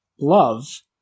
Love